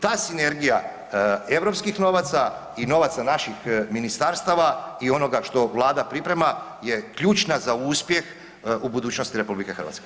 Ta sinergija europskih novaca i novaca naših ministarstava i onoga što Vlada priprema je ključna za uspjeh u budućnosti RH.